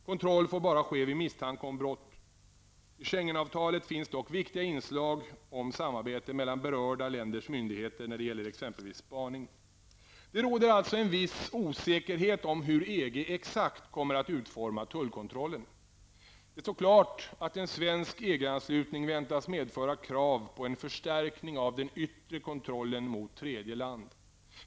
Kontroll får bara ske vid misstanke om brott. I Schengen-avtalet finns dock viktiga inslag om samarbete mellan berörda länders myndigheter när det gäller exempelvis spaning. Det råder alltså en viss osäkerhet om hur EG exakt kommer att utforma tullkontrollen. Det står klart att en svensk EG-anslutning väntas medföra krav på en förstärkning av den yttre kontrollen mot tredje land.